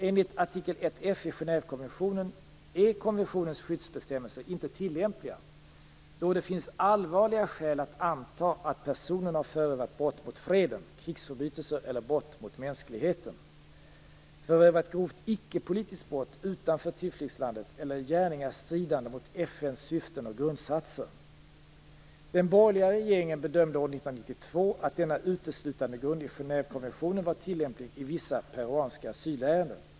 Enligt artikel 1 F i Genèvekonventionen är konventionens skyddsbestämmelser inte tillämpliga då det finns allvarliga skäl att anta att personen har förövat brott mot freden, krigsförbrytelser eller brott mot mänskligheten, förövat grovt icke-politiskt brott utanför tillflyktslandet eller gärningar stridande mot FN:s syften och grundsatser. Den borgerliga regeringen bedömde år 1992 att denna uteslutandegrund i Genèvekonventionen var tillämplig i vissa peruanska asylärenden.